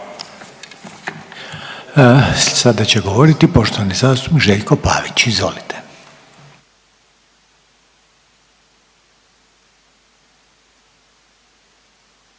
Sada će govoriti poštovani zastupnik Željko Pavić. Izvolite.